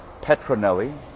Petronelli